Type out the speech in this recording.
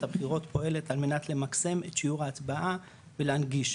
הבחירות פועלת על מנת למקסם את שיעור ההצבעה ולהנגיש,